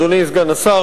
אדוני סגן השר,